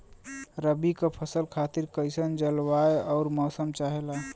रबी क फसल खातिर कइसन जलवाय अउर मौसम चाहेला?